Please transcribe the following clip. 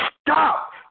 stop